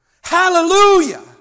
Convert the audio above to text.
hallelujah